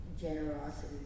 generosity